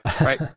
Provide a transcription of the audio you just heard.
right